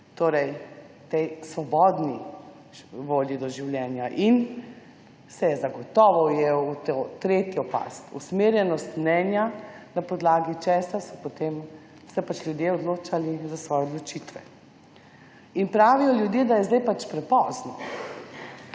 torej tej svobodni volji do življenja, se je zagotovo ujel v to tretjo past, usmerjenost mnenja, na podlagi česar so se potem ljudje odločali za svoje odločitve. In pravijo ljudje, da je zdaj pač prepozno.